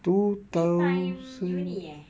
ni time uni eh